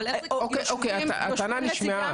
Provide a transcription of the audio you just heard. אוקיי, הטענה נשמעה.